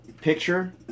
picture